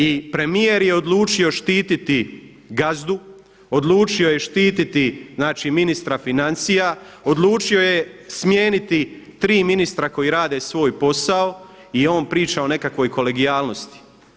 I premijer je odlučio štititi gazdu, odlučio je štititi znači ministra financija, odlučio je smijeniti tri ministra koji rade svoj posao i on priča o nekakvoj kolegijalnosti.